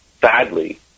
badly